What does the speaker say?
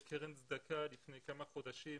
לפני כמה חודשים